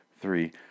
three